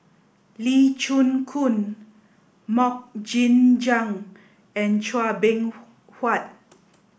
Lee Chin Koon Mok Ying Jang and Chua Beng Huat